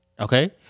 Okay